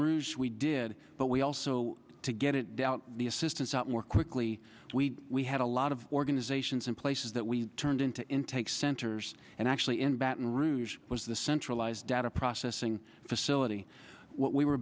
rouge we did but we also to get it down the assistance out more quickly we we had a lot of organizations in places that we turned into in take centers and actually in baton rouge was the centralized data processing facility what we were